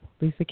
Lisa